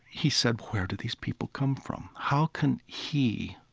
he said, where do these people come from? how can he,